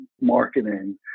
marketing